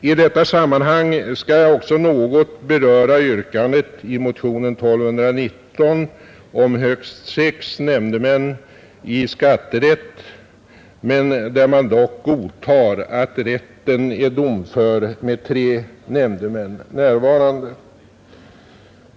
I detta sammanhang skall jag också något beröra yrkandet i motionen 1219 om högst sex nämndemän i skatterätt, men där man dock godtar att rätten är domför med tre nämndemän närvarande.